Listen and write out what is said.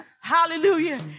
Hallelujah